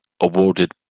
awarded